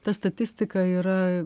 ta statistika yra